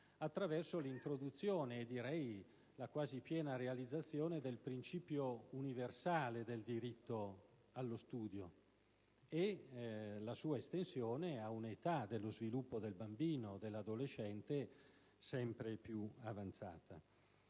attraverso l'introduzione e la quasi piena realizzazione del principio universale del diritto allo studio, e la sua estensione a un'età dello sviluppo del bambino e dell'adolescente sempre più avanzata.